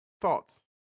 Thoughts